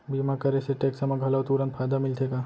बीमा करे से टेक्स मा घलव तुरंत फायदा मिलथे का?